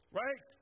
right